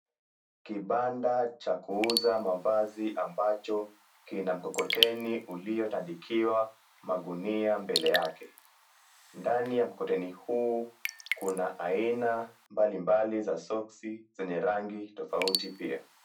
Kibanda cha kuuza mavazi ambacho kina mkokoteni uliotandikiwa magunia mbele yake. Ndani ya mkokoteni huu kuna aina mbalimbali za soksi zenye rangi tofauti pia.